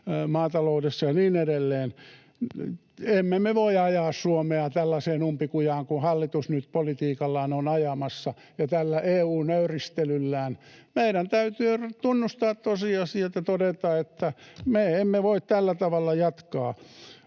maataloudessa ja niin edelleen. Emme me voi ajaa Suomea tällaiseen umpikujaan, johon hallitus nyt on ajamassa politiikallaan ja tällä EU-nöyristelyllään. Meidän täytyy tunnustaa tosiasiat ja todeta, että me emme voi tällä tavalla jatkaa.